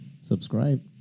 subscribe